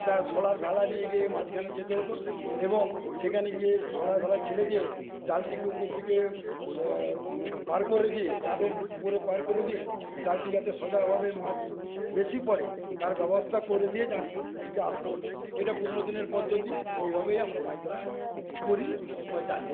তার শলার ভেলা নিয়ে গিয়ে মাঝখানে যেতে হত এবং সেখানে গিয়ে শলার ভেলা ছেড়ে দিয়ে জালটিকে উপরদিকে পাড় করে দিয়ে জাঁটের ওপর পাড় করে দিয়ে জালটি যাতে সোজাভাবে মাছ বেশি পরে তার ব্যবস্থা করে দিয়ে আসতে হত এটা পুরোনো দিনের পদ্ধতি এভাবেই আমরা মাছ ধরা করি বা জানি